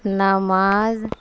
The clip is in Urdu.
نماز